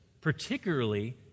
particularly